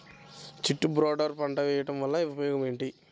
చుట్టూ బోర్డర్ పంట వేయుట వలన ఉపయోగం ఏమిటి?